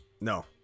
No